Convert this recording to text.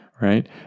right